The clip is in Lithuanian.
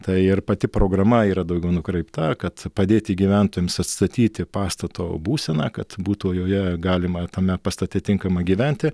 tai ir pati programa yra daugiau nukreipta kad padėti gyventojams atstatyti pastato būseną kad būtų joje galima tame pastate tinkama gyventi